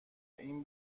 این